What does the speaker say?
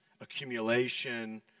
accumulation